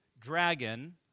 dragon